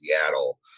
Seattle